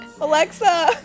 Alexa